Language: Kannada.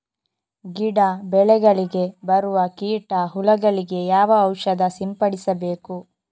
ಗಿಡ, ಬೆಳೆಗಳಿಗೆ ಬರುವ ಕೀಟ, ಹುಳಗಳಿಗೆ ಯಾವ ಔಷಧ ಸಿಂಪಡಿಸಬೇಕು?